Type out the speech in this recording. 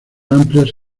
amplias